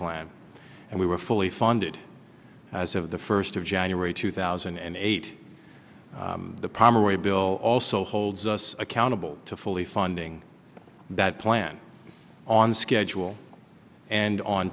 plan and we were fully funded as of the first of january two thousand and eight the primary bill also holds us accountable to fully funding that plan on schedule and on